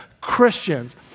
Christians